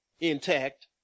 intact